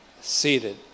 seated